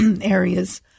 areas